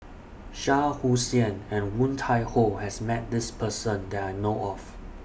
Shah Hussain and Woon Tai Ho has Met This Person that I know of